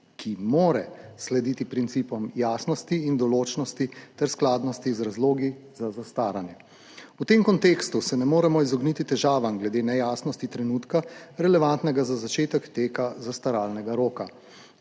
ki mora slediti principom jasnosti in določnosti ter skladnosti z razlogi za zastaranje. V tem kontekstu se ne moremo izogniti težavam glede nejasnosti trenutka, relevantnega za začetek teka zastaralnega roka.